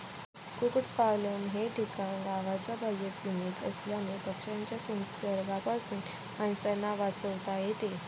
कुक्पाकुटलन हे ठिकाण गावाच्या बाह्य सीमेत असल्याने पक्ष्यांच्या संसर्गापासून माणसांना वाचवता येते